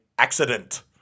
Accident